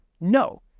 No